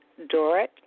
Dorit